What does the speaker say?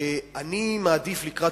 אני מעדיף לקראת